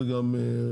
זה גם רץ.